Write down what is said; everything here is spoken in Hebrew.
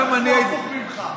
כולם חשבו הפוך ממך.